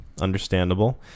understandable